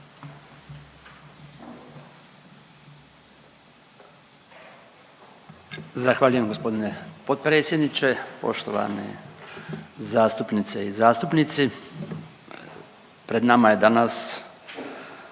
Zahvaljujem gospodine potpredsjedniče. Poštovane zastupnice i zastupnici, pred nama je danas